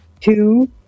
two